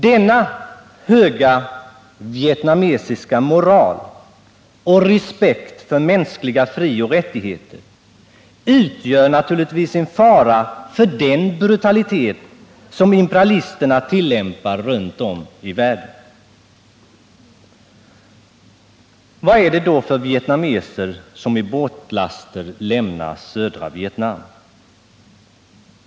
Denna höga vietnamesiska moral och respekt för mänskliga frioch rättigheter utgör naturligtvis en fara för den brutalitet som imperialisterna tillämpar runt om i världen. Vad är det då för vietnameser som i båtlaster lämnar södra Vietnam?